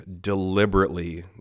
deliberately